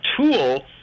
tool